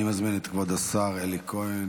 אני מזמין את כבוד השר אלי כהן